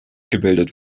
gebildet